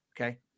okay